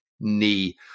knee